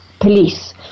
police